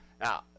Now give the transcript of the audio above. Now